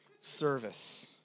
service